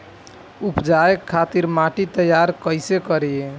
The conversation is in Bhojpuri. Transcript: उपजाये खातिर माटी तैयारी कइसे करी?